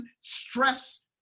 stress